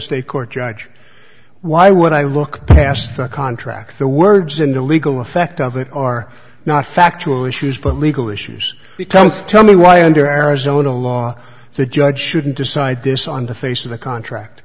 state court judge why would i look past the contract the words in the legal effect of it are not factual issues but legal issues tell tell me why under arizona law the judge shouldn't decide this on the face of the contract